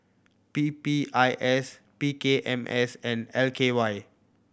P P I S P K M S and L K Y